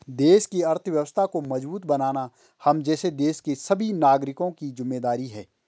देश की अर्थव्यवस्था को मजबूत बनाना हम जैसे देश के सभी नागरिकों की जिम्मेदारी है